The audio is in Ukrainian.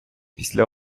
після